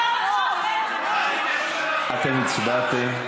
אתם הצבעתם?